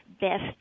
best